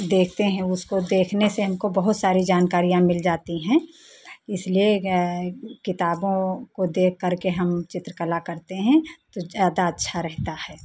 देखते हैं उसको देखने से हमको बहुत सारी जानकारियाँ मिल जाती हैं इसलिए किताबों को देख कर के हम चित्रकला करते हैं तो ज़्यादा अच्छा रहता हैं